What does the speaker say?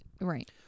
Right